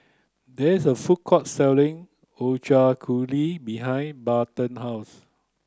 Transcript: there is a food court selling Ochazuke behind Barton house